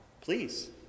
Please